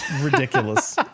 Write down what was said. ridiculous